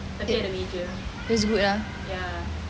it feels good ah